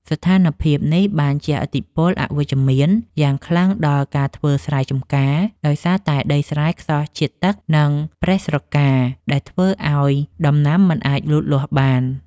ស្ថានភាពនេះបានជះឥទ្ធិពលអវិជ្ជមានយ៉ាងខ្លាំងដល់ការធ្វើស្រែចម្ការ ដោយសារតែដីស្រែខ្សោះជាតិទឹក និងប្រេះស្រកា ដែលធ្វើឱ្យដំណាំមិនអាចលូតលាស់បាន។